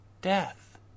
death